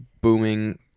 booming